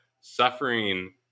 suffering